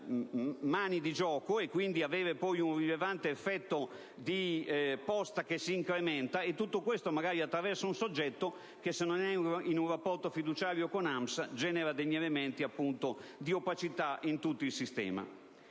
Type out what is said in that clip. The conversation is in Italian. mani di gioco e avere poi un rilevante effetto di posta che s'incrementa, e tutto questo attraverso un soggetto che, se non è in rapporto fiduciario con AAMS, genera elementi di opacità in tutto il sistema.